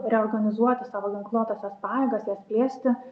reorganizuoti savo ginkluotąsias pajėgas jas plėsti